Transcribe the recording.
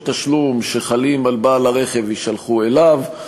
תשלום שחלות על בעל הרכב יישלחו אליו.